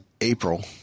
April